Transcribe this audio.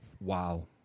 Wow